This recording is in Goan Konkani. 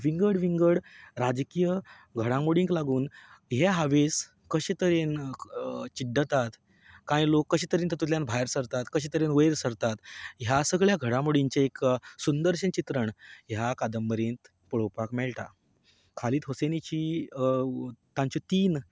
विंगड विंगड राजकीय घडामोडींक लागून हे हांवेस कशें तरेन चिड्डटात कांय लोक कशे तरेन तातूंतल्यान भायर सरतात कशे तरेन वयर सरतात ह्या सगळ्यां घडामोडींचें एक सुंदरशें चित्रण ह्या कादंबरींत पळोवपाक मेळटा खालीद हुसैनीची तांचे तीन